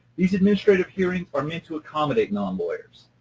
these administrative hearings are meant to accommodate non-lawyers.